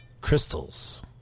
crystals